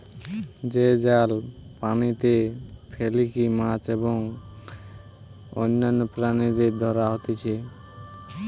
যে জাল পানিতে ফেলিকি মাছ এবং অন্যান্য প্রাণীদের ধরা হতিছে